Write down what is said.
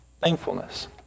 thankfulness